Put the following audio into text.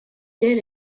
did